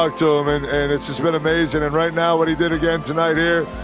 like to him, and and it's it's been amazing. and right now what he did again tonight here,